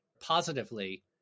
positively